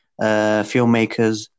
filmmakers